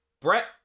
Brett